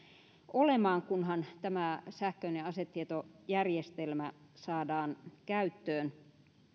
olemaan kunhan tämä sähköinen asetietojärjestelmä saadaan käyttöön